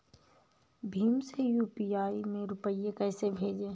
भीम से यू.पी.आई में रूपए कैसे भेजें?